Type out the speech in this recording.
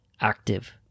active